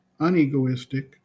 unegoistic